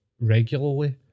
regularly